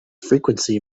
frequency